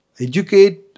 educate